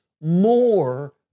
more